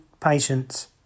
patients